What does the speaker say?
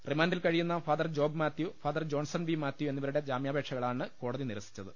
റിമാന്റിൽ കഴിയുന്ന father Job Mathew father Johnson V Mathew എന്നിവ രുടെ ജാമ്യാപേക്ഷയാണ് കോടതി നിരസിച്ചത്